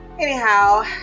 Anyhow